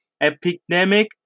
epidemic